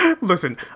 listen